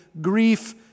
grief